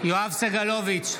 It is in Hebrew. סגלוביץ'